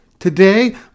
Today